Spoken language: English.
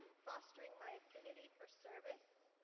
fostering my affinity for service,